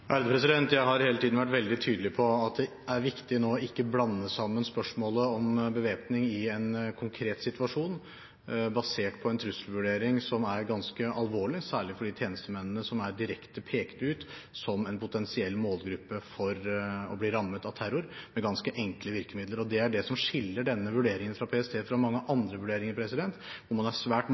Jeg har hele tiden vært veldig tydelig på at det er viktig nå ikke å blande sammen spørsmålet om bevæpning i en konkret situasjon basert på en trusselvurdering som er ganske alvorlig, særlig for de tjenestemennene som er direkte pekt ut som en potensiell målgruppe for å bli rammet av terror med ganske enkle virkemidler. Det er det som skiller denne vurderingen fra PST fra mange andre vurderinger, hvor man er svært